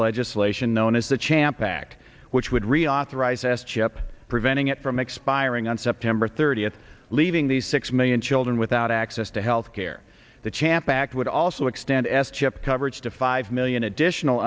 legislation known as the champ pack which would reauthorize s chip preventing it from expiring on september thirtieth leaving the six million chill and without access to health care the champ act would also extend s chip coverage to five million additional